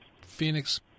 Phoenix